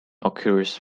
occurs